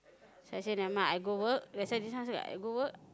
so I say never mind I go work so I say I go work